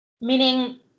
Meaning